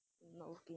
not working